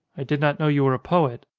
i did not know you were a poet.